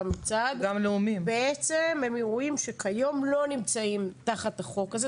את המצעד בעצם הם אירועים שכיום לא נמצאים תחת החוק הזה.